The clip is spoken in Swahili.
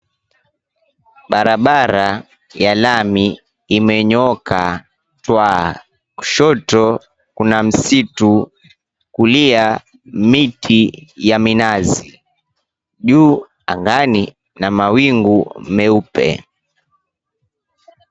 Barabara ya lami, imenyooka twaa. Kushoto, kuna msitu, kulia, miti ya minazi. Juu angani na mawingu meupe.